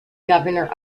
governor